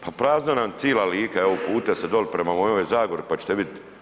Pa prazna nam cijela Lika, evo uputite se dolje prema mojoj zagori, pa ćete vidjeti.